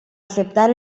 aceptar